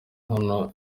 hano